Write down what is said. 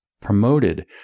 promoted